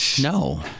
No